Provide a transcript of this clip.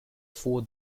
four